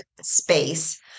space